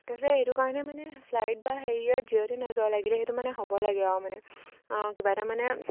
তাৰপিছত সেইটো কাৰণে মানে ফ্লাইট বা হেৰিয়ত যিহঁতে নাযাওঁ লাগিলে সেইটো মানে হ'ব লাগে আৰু মানে কিবা এটা মানে